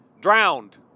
drowned